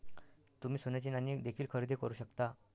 तुम्ही सोन्याची नाणी देखील खरेदी करू शकता